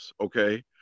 Okay